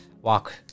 walk